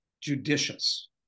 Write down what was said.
judicious